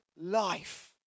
life